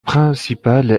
principal